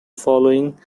following